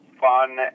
fun